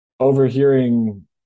overhearing